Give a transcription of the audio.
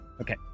Okay